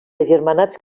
agermanats